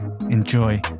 enjoy